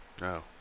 No